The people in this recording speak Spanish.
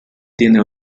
tiene